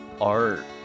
art